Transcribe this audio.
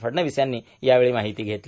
फडणवीस यांनी यावेळी माहिती घेतली